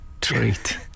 treat